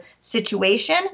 situation